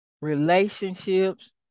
relationships